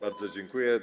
Bardzo dziękuję.